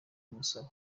kumusaba